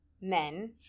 men